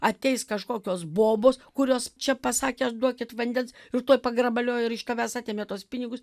ateis kažkokios bobos kurios čia pasakė duokit vandens ir tuoj pagrabaliojo ir iš tavęs atėmė tuos pinigus